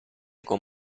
con